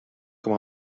com